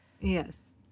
Yes